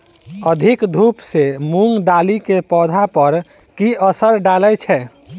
अधिक धूप सँ मूंग दालि केँ पौधा पर की असर डालय छै?